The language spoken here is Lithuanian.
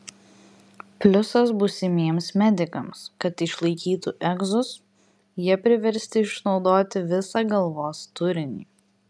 pliusas būsimiems medikams kad išlaikytų egzus jie priversti išnaudoti visą galvos turinį